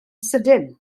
sydyn